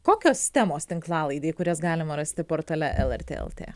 kokios temos tinklalaidėj kurias galima rasti portale lrt lt